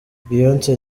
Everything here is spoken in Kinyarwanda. beyonce